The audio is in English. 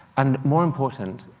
and more important,